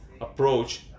approach